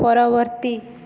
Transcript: ପରବର୍ତ୍ତୀ